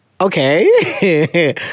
okay